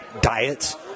diets